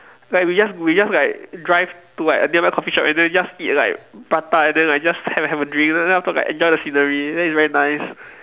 like we just we just like drive to like a different coffee shop and then just eat like prata and then like just have a have a drink and then afterwards enjoy the scenery then it's very nice